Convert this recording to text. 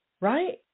right